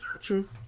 true